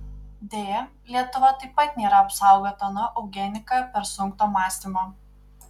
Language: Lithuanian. deja lietuva taip pat nėra apsaugota nuo eugenika persunkto mąstymo